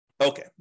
Okay